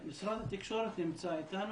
משרד התקשורת נמצא איתנו?